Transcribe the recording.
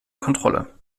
kontrolle